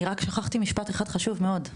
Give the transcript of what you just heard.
אני רק שכחתי משפט אחד חשוב מאוד,